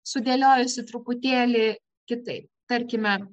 sudėliojusi truputėlį kitaip tarkime